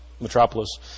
metropolis